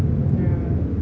yeah